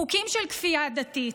חוקים של כפייה דתית,